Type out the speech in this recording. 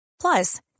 Plus